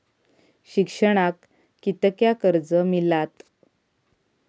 शिक्षणाक कीतक्या कर्ज मिलात?